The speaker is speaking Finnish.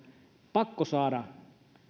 pakko saada